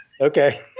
Okay